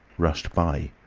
rushed by.